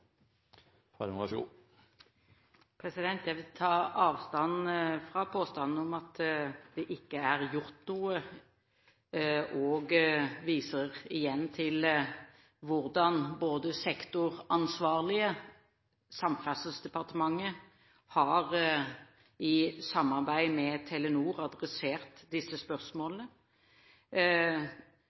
Jeg vil ta avstand fra påstanden om at det ikke er gjort noe, og viser igjen til hvordan sektoransvarlige og Samferdselsdepartementet – i samarbeid med Telenor – har adressert disse spørsmålene.